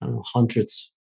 hundreds